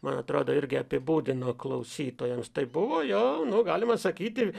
man atrodo irgi apibūdino klausytojams tai buvo jo nu galima sakyti